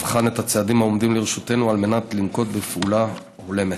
אבחן את הצעדים העומדים לרשותנו על מנת לנקוט פעולה הולמת.